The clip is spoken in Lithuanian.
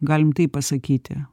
galim taip pasakyti